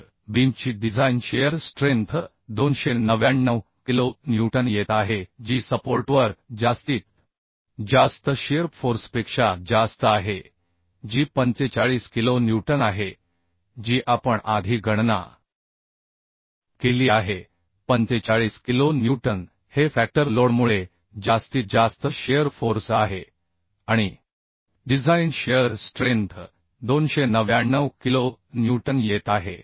तर बीमची design shear strength 299 kilonewton येत आहे जी सपोर्टवर जास्तीत जास्त शिअर फोर्सपेक्षा जास्त आहे जी 45 किलो न्यूटन आहे जी आपण आधी गणना केली आहे 45 किलो न्यूटन हे फॅक्टर लोडमुळे जास्तीत जास्त शिअर फोर्स आहे आणि design shear strength 299 kilonewton येत आहे